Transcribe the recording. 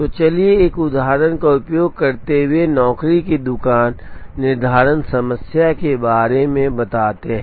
तो चलिए एक उदाहरण का उपयोग करते हुए नौकरी की दुकान निर्धारण समस्या के बारे में बताते हैं